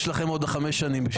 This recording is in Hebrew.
יש לכם עוד חמש שנים בשביל זה.